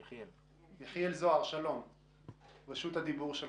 יחיאל זוהר, בבקשה.